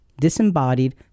disembodied